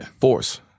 Force